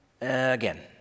again